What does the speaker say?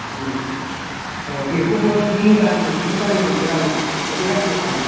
ओम औ बेखौबो मुगानि मुगानि मोनगोन ना मोना इसे दाम गोसानि